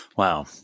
Wow